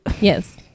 Yes